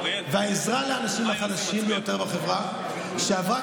העזרה לאנשים החלשים ביותר בחברה שעברה